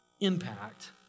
Impact